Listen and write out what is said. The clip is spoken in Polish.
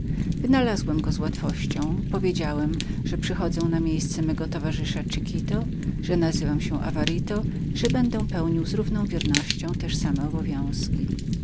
wynalazłem go z łatwością powiedziałem kupcowi że przychodzę na miejsce mego towarzysza chignito że nazywam się awarito i że będę pełnił z równą wiernością też same obowiązki